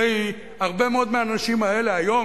הרבה מאוד מהאנשים האלה היום,